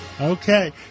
Okay